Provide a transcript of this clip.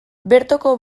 bertoko